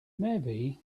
maybe